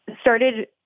started